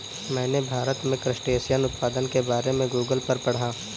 मैंने भारत में क्रस्टेशियन उत्पादन के बारे में गूगल पर पढ़ा